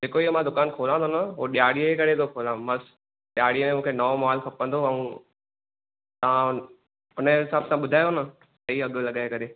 जेको मां इहे दुकान खोला थो न उहो ॾियारीअ करे खोला मस्तु ॾियारीअ ते मूंखे नओं माल खपंदो ऐं तव्हां उन जे हिसाब सां ॿुधायो न सही अघु लगाए करे